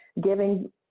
giving